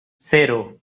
cero